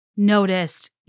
noticed